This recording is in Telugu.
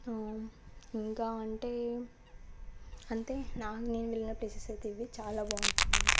ఇంకా అంటే అంతే నా నేను వెళ్లిన ప్లేసెస్ అయితే ఇవే చాలా బాగుంటాయి